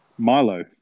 Milo